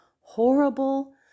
horrible